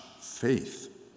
faith